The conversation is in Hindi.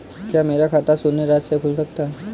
क्या मेरा खाता शून्य राशि से खुल सकता है?